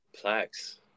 Plaques